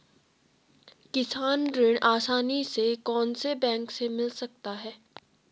किसान ऋण आसानी से कौनसे बैंक से मिल सकता है?